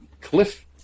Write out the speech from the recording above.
cliff